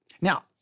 Now